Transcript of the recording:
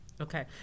Okay